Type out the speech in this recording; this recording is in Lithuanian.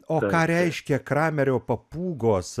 o ką reiškia kramerio papūgos